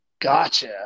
Gotcha